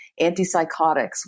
Antipsychotics